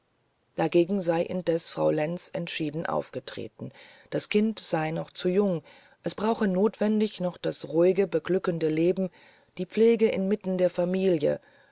dagegen sei indes frau lenz entschieden aufgetreten das kind sei noch zu jung es brauche notwendig noch das ruhige beglückende leben die pflege inmitten der familie